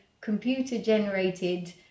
computer-generated